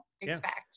expect